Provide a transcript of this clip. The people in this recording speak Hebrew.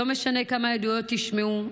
לא משנה כמה עדויות תשמעו,